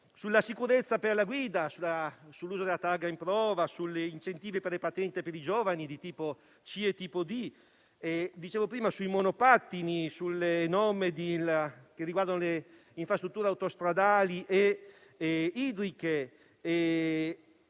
sulla sicurezza alla guida, sull'uso della targa in prova, sugli incentivi per le patenti ai giovani di tipo C e di tipo D, sui monopattini o sulle infrastrutture autostradali e idriche.